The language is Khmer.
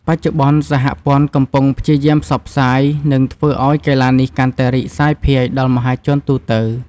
បច្ចុប្បន្ន សហព័ន្ធកំពុងព្យាយាមផ្សព្វផ្សាយ និងធ្វើឲ្យកីឡានេះកាន់តែរីកសាយភាយដល់មហាជនទូទៅ។